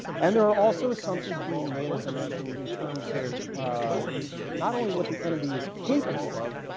and there are also assumptions being made as i mentioned in terms of not only what the enemy is capable of